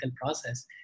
process